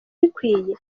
bikwiye